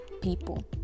people